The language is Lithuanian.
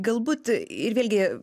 galbūt ir vėlgi